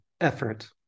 effort